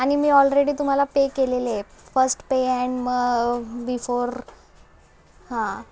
आणि मी ऑलरेडी तुम्हाला पे केलेले आहे फर्स्ट पे अँड बिफोर हां